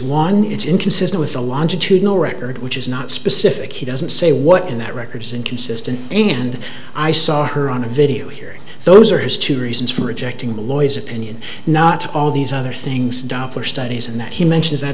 one it's inconsistent with a longitudinal record which is not specific he doesn't say what in that record is inconsistent and i saw her on a video here those are his two reasons for rejecting the lawyers opinion not all these other things doppler studies and that he mentions that